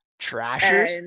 trashers